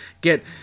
get